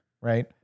Right